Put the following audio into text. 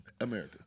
America